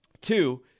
Two